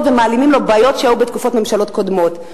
ומעלימים לו בעיות שהיו בתקופות של ממשלות קודמות.